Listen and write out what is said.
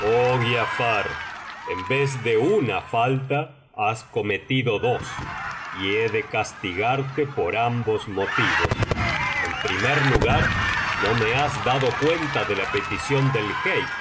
giafar en vez de una falta has cometido dos y he de cas biblioteca valenciana generalitat valenciana historia de dulce amiga tigarte por ambos motivos en primer lugar no me has dado cuenta de la petición del